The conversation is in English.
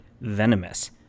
venomous